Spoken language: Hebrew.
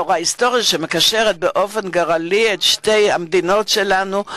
לאור ההיסטוריה שמקשרת באופן גורלי את שתי המדינות שלנו,